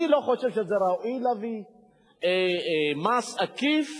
אני לא חושב שזה ראוי להביא מס עקיף,